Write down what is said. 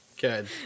Good